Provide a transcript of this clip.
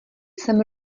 sem